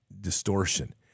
distortion